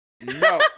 No